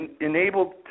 enabled